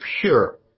pure